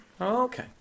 Okay